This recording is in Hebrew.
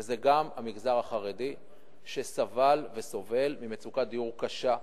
וזה גם המגזר החרדי שסבל וסובל ממצוקת דיור קשה,